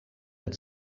had